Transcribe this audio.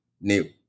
New